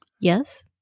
yes